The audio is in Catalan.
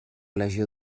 legió